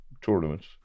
tournaments